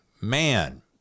man